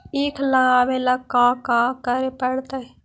ईख लगावे ला का का करे पड़तैई?